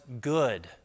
good